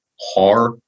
HAR